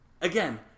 Again